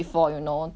you know 那种